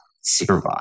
survive